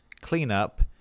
cleanup